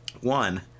One